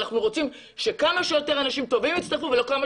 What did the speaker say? אנחנו רוצים שכמה שיותר אנשים טובים יצטרכו ולא שכמה